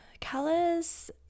colors